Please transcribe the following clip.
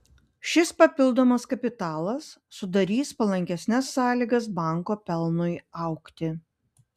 šis papildomas kapitalas sudarys palankesnes sąlygas banko pelnui augti